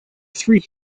three